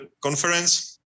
conference